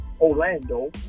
Orlando